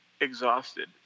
exhausted